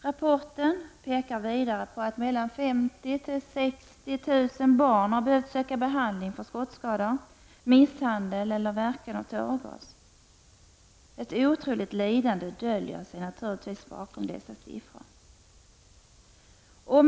Rapporten pekar vidare på att mellan 50 000 och 60 000 barn har behövt söka behandling för skottskador, misshandel eller verkan av tårgas. Ett otroligt lidande döljer sig naturligtvis bakom dessa siffror.